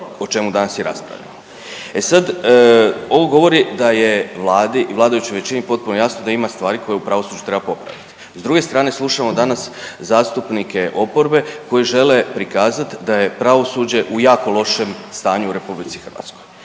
o čemu danas i raspravljamo. E sad ovo govori da je vladi i vladajućoj većini potpuno jasno da ima stvari koje u pravosuđu treba popraviti. S druge strane slušamo danas zastupnike oporbe koji žele prikazat da je pravosuđe u jako lošem stanju u RH, a imamo